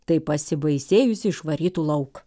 taip pasibaisėjusi išvarytų lauk